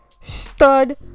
stud